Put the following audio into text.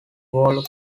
whole